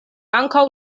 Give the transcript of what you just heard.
ankaŭ